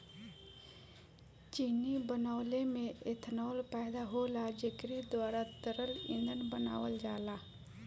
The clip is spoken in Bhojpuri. चीनी बनवले में एथनाल पैदा होला जेकरे द्वारा तरल ईंधन बनावल जाला